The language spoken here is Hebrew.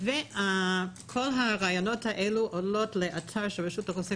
כל הראיונות האלה עולים לאתר של רשות האוכלוסין